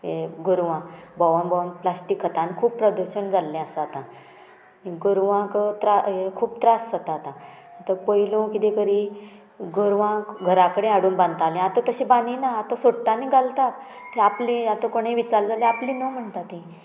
हे गोरवां भोवोन भोवोन प्लास्टीक खाता खूब प्रदर्शन जाल्लें आसा आतां गोरवांक त्रा खूब त्रास जाता आतां आतां पयलू कितें करी गोरवांक घरा कडेन हाडून बांदतालें आतां तशें बांदिना आतां सोडटानी घालता तें आपली आतां कोणें विचारलें जाल्यार आपली न म्हणटा ती